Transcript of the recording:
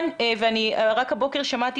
רק הבוקר שמעתי